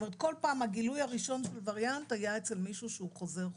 כל פעם הגילוי הראשון של וריאנט היה אצל מישהו שהוא חוזר חו"ל.